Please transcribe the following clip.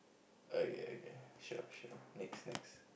okay okay sure sure next next